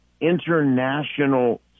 international